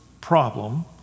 problem